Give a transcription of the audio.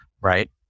right